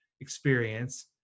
experience